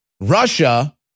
Russia